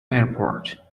airport